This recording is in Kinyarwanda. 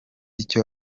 icyo